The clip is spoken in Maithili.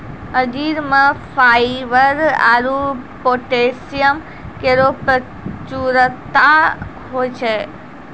अंजीर म फाइबर आरु पोटैशियम केरो प्रचुरता होय छै